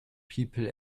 people